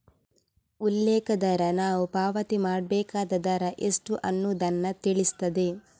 ಉಲ್ಲೇಖ ದರ ನಾವು ಪಾವತಿ ಮಾಡ್ಬೇಕಾದ ದರ ಎಷ್ಟು ಅನ್ನುದನ್ನ ತಿಳಿಸ್ತದೆ